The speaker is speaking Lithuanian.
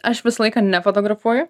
aš visą laiką nefotografuoju